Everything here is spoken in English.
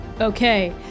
Okay